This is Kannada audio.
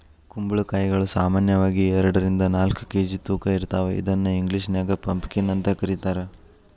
ಕುಂಬಳಕಾಯಿಗಳು ಸಾಮಾನ್ಯವಾಗಿ ಎರಡರಿಂದ ನಾಲ್ಕ್ ಕೆ.ಜಿ ತೂಕ ಇರ್ತಾವ ಇದನ್ನ ಇಂಗ್ಲೇಷನ್ಯಾಗ ಪಂಪಕೇನ್ ಅಂತ ಕರೇತಾರ